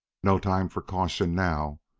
no time for caution now.